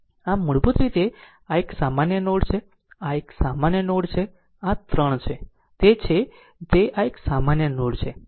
આમ મૂળભૂત રીતે આ એક સામાન્ય નોડ છે આ એક સામાન્ય નોડ છે આ 3 છે તે જે છે તે આ એક સામાન્ય નોડ છે